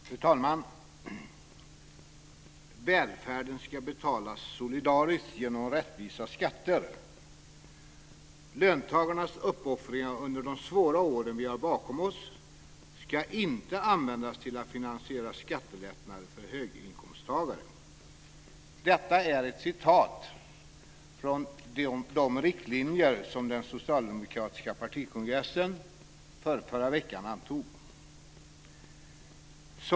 Fru talman! Välfärden ska betalas solidariskt genom rättvisa skatter. Löntagarnas uppoffringar under de svåra år vi har bakom oss ska inte användas till att finansiera skattelättnader för höginkomsttagare. Detta är ett citat från de riktlinjer som den socialdemokratiska partikongressen förrförra veckan antog.